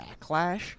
Backlash